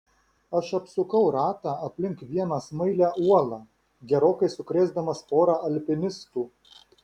aš apsukau ratą aplink vieną smailią uolą gerokai sukrėsdamas porą alpinistų